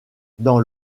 dans